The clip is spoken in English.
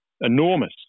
enormous